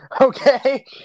okay